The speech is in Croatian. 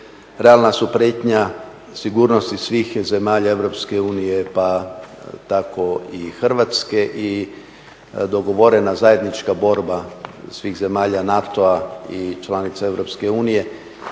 realna su prijetnja sigurnosti svih zemalja EU pa tako i Hrvatske. I dogovorena zajednička borba svih zemalja NATO-a i članica EU